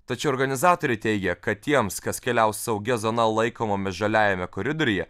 tačiau organizatoriai teigia kad tiems kas keliaus saugia zona laikomame žaliajame koridoriuje